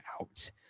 out